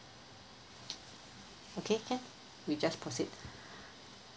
okay can we just proceed